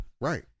Right